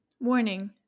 Warning